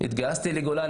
התגייסתי לגולני,